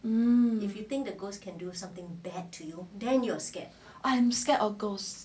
um I'm scared of ghosts